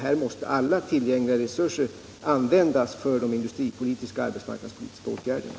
Här måste alla tillgängliga resurser användas för de industripolitiska och arbetsmarknadspolitiska åtgärderna.